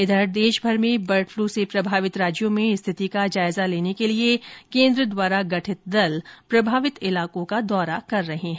इधर देशभर में बर्ड फ्लू से प्रभावित राज्यों में स्थिति का जायजा लेने के लिए केंद्र द्वारा गठित दल प्रभावित इलाकों का दौरा कर रहे हैं